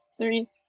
Three